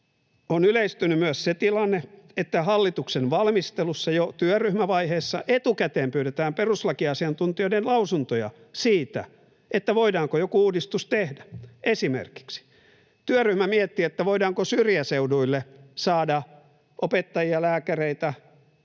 On yleistynyt myös se tilanne, että hallituksen valmistelussa jo työryhmävaiheessa etukäteen pyydetään perustuslakiasiantuntijoiden lausuntoja siitä, voidaanko joku uudistus tehdä. Esimerkiksi työryhmä mietti, voidaanko syrjäseuduille saada opettajia, lääkäreitä